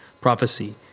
prophecy